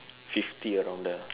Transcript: fifty around there